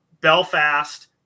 belfast